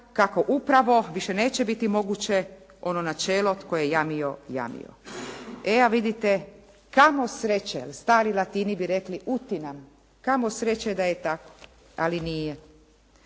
kako upravo više neće biti moguće ono načelo tko je jamio, jamo je. E a vidite kamo sreće, jer stari latini bi rekli utinam, kamo sreće da je tako. Ali nije.